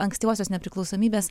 ankstyvosios nepriklausomybės